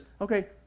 okay